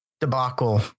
debacle